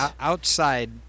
Outside